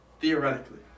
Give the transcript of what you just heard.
Theoretically